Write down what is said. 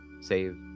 save